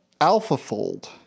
AlphaFold